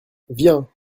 viens